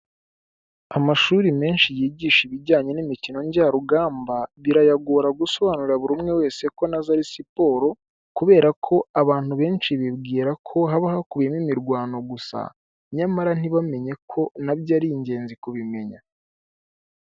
Amashuri menshi yigisha ibijyanye n'imikino njyarugamba, birayagora gusobanurira buri umwe wese ko na zo ari siporo, kubera ko abantu benshi bibwira ko haba hakubiyemo imirwano gusa, nyamara ntibamenye ko nabyo ari ingenzi kubimenya.